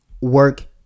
work